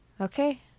Okay